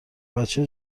بچه